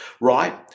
right